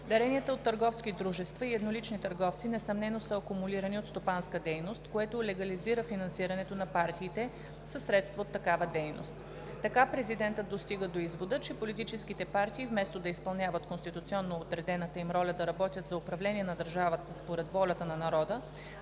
Даренията от търговски дружества и еднолични търговци несъмнено са акумулирани от стопанска дейност, което легализира финансирането на партиите със средства от такава дейност. Така президентът достига до извода, че политическите партии, вместо да изпълняват конституционно отредената им роля да работят за управление на държавата според волята на народа,